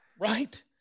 right